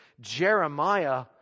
Jeremiah